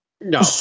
No